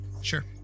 Sure